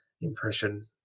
impression